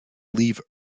leave